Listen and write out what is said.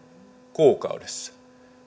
kuukaudessa